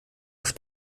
auf